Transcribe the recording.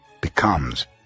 becomes